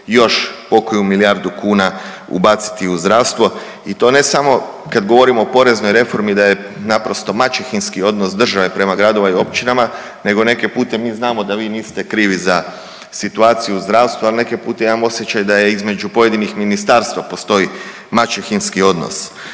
još po koju milijardu kuna ubaciti u zdravstvo i to ne samo kada govorimo o poreznoj reformi da je naprosto maćehinski odnos države prema gradovima i općinama, nego neki put mi znamo da vi niste krivi za situaciju u zdravstvu, ali neki put imam osjećaj da između pojedinih ministarstava postoji maćehinski odnos.